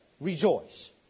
rejoice